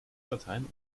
dateien